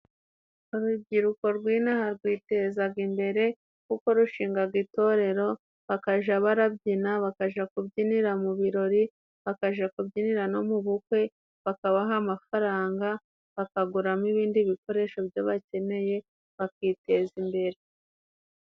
Urubyiruko rw'inaha rwitezaga imbere kuko rushingaga itorero bakaja barabyina, bakaja kubyinira mu birori, bakaja kubyinira no mu bukwe, bakabaha amafaranga, bakaguramo ibindi bikoresho byo bakeneye, bakiteza imbere.